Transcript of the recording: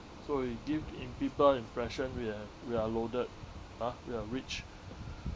so we give im~ people impression we are we are loaded ah we are rich